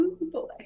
boy